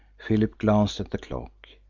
philip glanced at the clock.